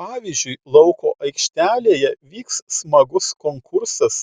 pavyzdžiui lauko aikštelėje vyks smagus konkursas